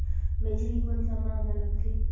मेझरी कोन सा माह मां लगथे